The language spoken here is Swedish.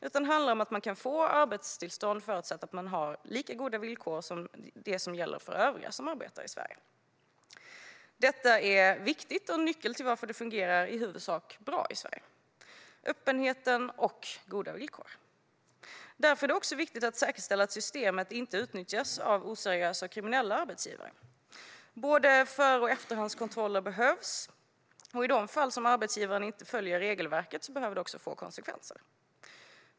Det handlar om att man kan få arbetstillstånd förutsatt att man får lika goda villkor som övriga som arbetar i Sverige. Öppenhet och goda villkor är viktiga och en nyckel till att det fungerar i huvudsak bra i Sverige. Därför är det också viktigt att säkerställa att systemet inte utnyttjas av oseriösa och kriminella arbetsgivare. Både för och efterhandskontroller behövs. Och i de fall arbetsgivaren inte följer regelverket behöver det leda till konsekvenser.